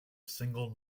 single